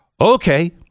okay